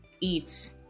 Eat